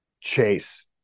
Chase